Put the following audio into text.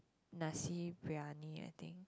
nasi beriyani I think